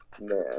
man